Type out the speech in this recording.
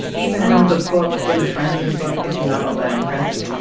even when the book, when the franzen book is not all that impressive.